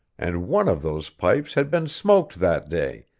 and one of those pipes had been smoked that day,